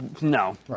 No